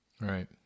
Right